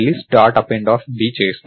Append చేస్తాము